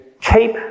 keep